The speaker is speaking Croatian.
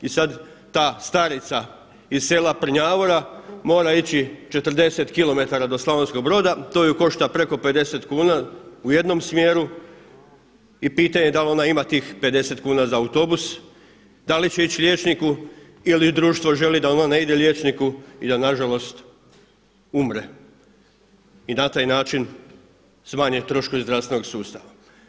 I sada ta starica iz sela Prnjavora mora ići 40 km do Slavonskog broda, to ju košta preko 50 kn u jednom smjeru i pitanje je da li ona ima tih 50 kuna za autobus, da li će ići liječniku ili društvo želi da ona ne ide liječniku i da nažalost umre i na taj način smanji troškove zdravstvenog sustava.